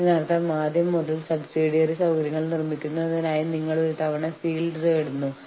ജോലിസ്ഥലത്ത് തൊഴിൽ കരാറിന്റെ പ്രയോഗവും നടപ്പാക്കലും കരാർ ഭരണത്തിൽ ഉൾപ്പെടുന്നു